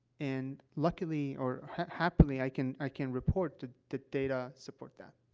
and luckily or happily, i can i can report that the data support that.